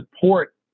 support